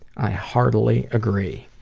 i heartily agree,